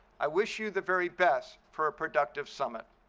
i wish you the very best for a productive summit.